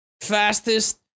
fastest